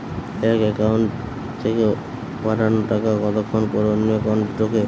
এক একাউন্ট থেকে পাঠানো টাকা কতক্ষন পর অন্য একাউন্টে ঢোকে?